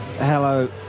Hello